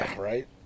right